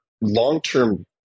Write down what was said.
long-term